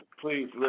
please